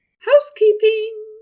housekeeping